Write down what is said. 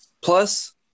Plus